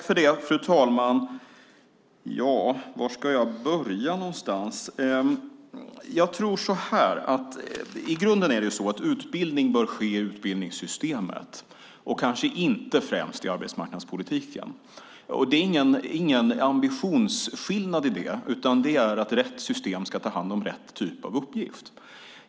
Fru talman! Var ska jag börja någonstans? Jag tror att i grunden är det så att utbildning bör ske i utbildningssystemet och kanske inte främst i arbetsmarknadspolitiken. Det är ingen ambitionsskillnad i detta, utan det handlar om att rätt system ska ta hand om rätt typ av uppgift.